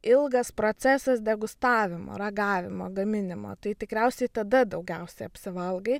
ilgas procesas degustavimo ragavimo gaminimo tai tikriausiai tada daugiausiai apsivalgai